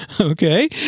Okay